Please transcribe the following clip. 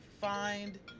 find